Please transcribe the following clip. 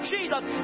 Jesus